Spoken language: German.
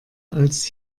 als